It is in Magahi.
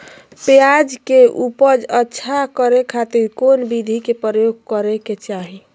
प्याज के उपज अच्छा करे खातिर कौन विधि के प्रयोग करे के चाही?